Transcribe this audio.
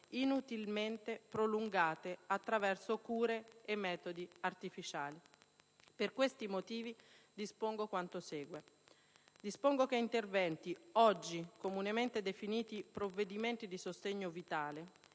inutilmente prolungate attraverso cure e metodi artificiali. Per questi motivi, dispongo quanto segue: che interventi oggi comunemente definiti "provvedimenti di sostegno vitale"